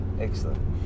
excellent